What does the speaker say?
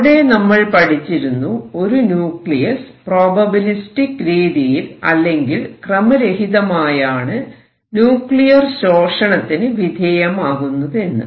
അവിടെ നമ്മൾ പഠിച്ചിരുന്നു ഒരു ന്യൂക്ലിയസ് പ്രോബബിലിസ്റ്റിക് രീതിയിൽ അല്ലെങ്കിൽ ക്രമരഹിതമായാണ് ന്യൂക്ലിയർ ശോഷണത്തിന് വിധേയമാകുന്നതെന്ന്